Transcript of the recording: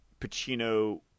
Pacino